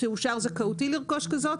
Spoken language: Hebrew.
ותאושר זכאותי לרכוש כזאת,